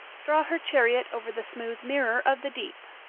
draw her chariot over the smooth mirror of the deep.